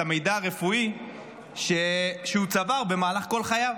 המידע הרפואי שהוא צבר במהלך כל חייו.